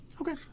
Okay